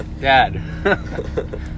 Dad